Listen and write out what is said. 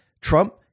Trump